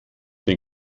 den